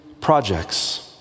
projects